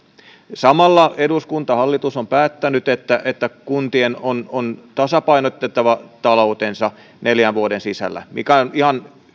samalla eduskunta hallitus on päättänyt että että kuntien on on tasapainotettava taloutensa neljän vuoden sisällä mikä on ihan